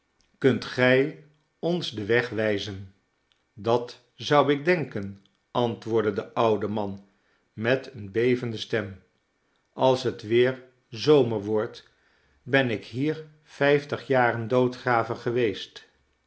kunt gij ons den weg wijzen dat zou ik denken antwoordde de oude man met eene bevende stem als het weer zomer wordt ben ik hier vijftig jaren doodgraver geweest